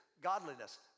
godliness